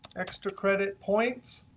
extra credit points,